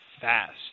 fast